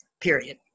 period